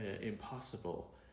Impossible